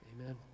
amen